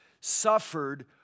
suffered